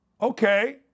Okay